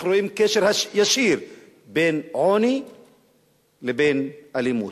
אנחנו רואים קשר ישיר בין עוני לבין אלימות,